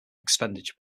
expenditure